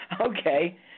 okay